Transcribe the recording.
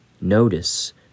notice